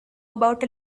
about